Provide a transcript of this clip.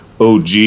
OG